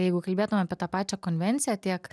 jeigu kalbėtume apie tą pačią konvenciją tiek